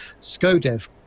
Scodev